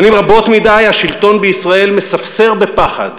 שנים רבות מדי השלטון בישראל מספסר בפחד